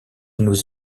nous